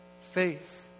faith